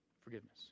Forgiveness